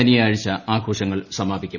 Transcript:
ശനിയാഴ്ച ആഘോഷങ്ങൾ സമാപിക്കും